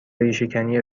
ریشهکنی